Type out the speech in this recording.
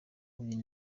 uyu